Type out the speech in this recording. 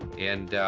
and, ah,